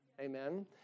Amen